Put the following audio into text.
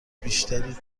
بیشتری